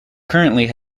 currently